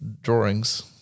drawings